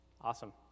Awesome